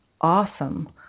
awesome